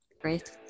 great